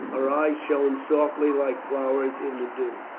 her eyes shone softly like flowers in the dew.